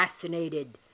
fascinated